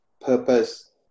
purpose